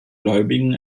gläubigen